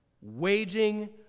waging